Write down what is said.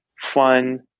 fun